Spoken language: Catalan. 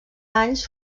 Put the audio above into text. anys